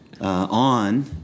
on